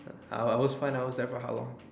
I I was fine I was there for how long